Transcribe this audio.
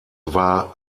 war